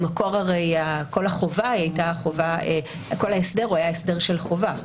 במקור כל ההסדר היה הסדר של חובה.